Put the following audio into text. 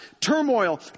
Turmoil